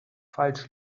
falsch